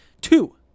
Two